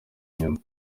inyuma